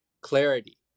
clarity